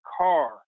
car